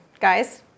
guys